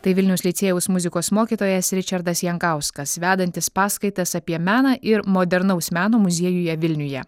tai vilniaus licėjaus muzikos mokytojas ričardas jankauskas vedantis paskaitas apie meną ir modernaus meno muziejuje vilniuje